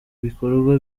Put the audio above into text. bikorwa